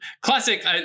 classic